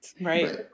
Right